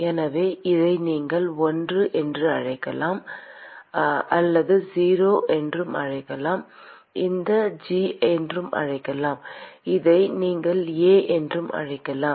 எனவே இதை நீங்கள் I என்று அழைக்கலாம் இதை O என்று அழைக்கலாம் இதை G என்று அழைக்கலாம் இதை நீங்கள் A என்றும் அழைக்கலாம்